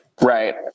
Right